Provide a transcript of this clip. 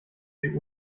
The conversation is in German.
sie